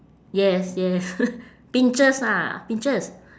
yes yes pincers ah pincers